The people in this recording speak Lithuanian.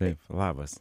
taip labas